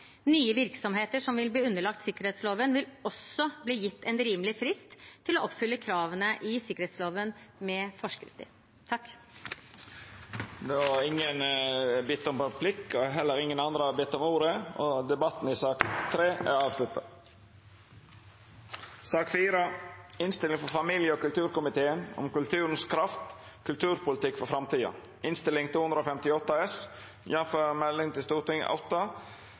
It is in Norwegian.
Nye virksomheter som vil bli underlagt sikkerhetsloven, vil også bli gitt en rimelig frist til å oppfylle kravene i sikkerhetsloven med forskrifter. Fleire har ikkje bedt om ordet til sak nr. 3. Etter ynske frå familie- og kulturkomiteen vil presidenten føreslå at taletida vert avgrensa til